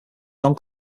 non